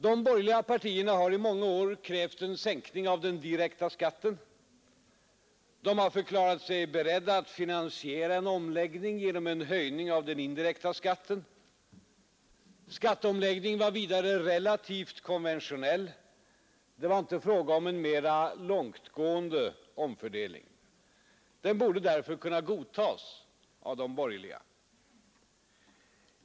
De borgerliga partierna har under många år krävt en sänkning av den direkta skatten. De har förklarat sig beredda att finansiera en omläggning genom en höjning av den indirekta skatten. Skattomläggningen var vidare relativt konventionell, det var inte frågan om en mera långtgående omfördelning. Den borde därför kunna godtagas av de borgerliga.